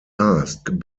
asked